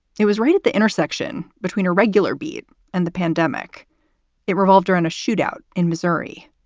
it was right at the intersection between a regular beat and the pandemic it revolved around a shootout in missouri,